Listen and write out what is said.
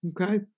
Okay